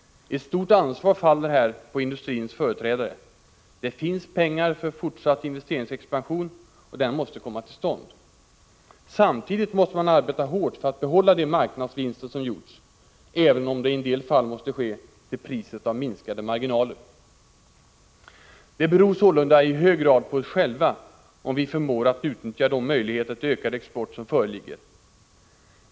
Ett stort ansvar faller här på industrins företrädare. Det finns pengar för fortsatt investeringsexpansion, och den måste komma till stånd. Samtidigt måste man arbeta hårt för att behålla de marknadsvinster som gjorts, även om det i en del fall måste ske till priset av minskade marginaler. Det beror sålunda i hög grad på oss själva om vi förmår att utnyttja de möjligheter till ökad export som föreligger.